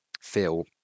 feel